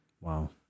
Wow